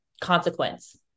consequence